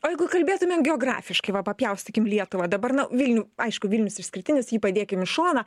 o jeigu kalbėtumėm geografiškai va papjaustykim lietuvą dabar nu vilniuj aišku vilnius išskirtinis jį padėkim į šoną